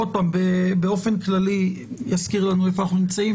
עוד פעם באופן כללי, יזכיר לנו איפה אנחנו נמצאים.